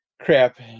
crap